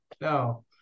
No